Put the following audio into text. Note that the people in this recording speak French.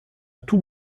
tout